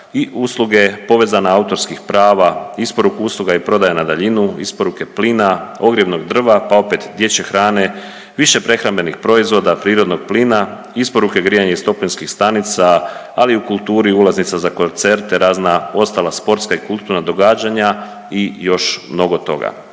usluge povezana autorskih prava, isporuku uslugu i prodaja na daljinu, isporuke plina, ogrjevnog drva pa opet dječje hrane, više prehrambenih proizvoda prirodnog plina, isporuke grijanja iz toplinskih stanica, ali u kulturi ulaznica za koncerte, razna ostala sportska i kulturna događanja i još mnogo toga.